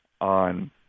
on